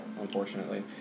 unfortunately